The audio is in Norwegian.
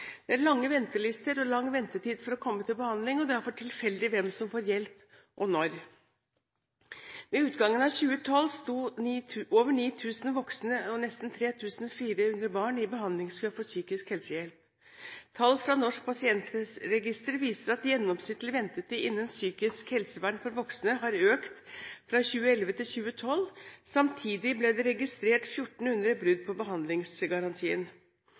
Det er lange ventelister og lang ventetid for å komme til behandling, og det er for tilfeldig hvem som får hjelp og når. Ved utgangen av 2012 sto over 9 000 voksne og nesten 3 400 barn i behandlingskø for psykisk helsehjelp. Tall fra Norsk pasientregister viser at gjennomsnittlig ventetid innen psykisk helsevern for voksne har økt fra 2011 til 2012. Samtidig ble det registrert 1 400 brudd på behandlingsgarantien.